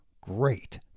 great